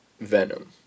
Venom